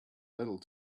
little